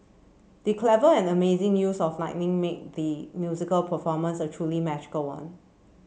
the clever and amazing use of lightning made the musical performance a truly magical one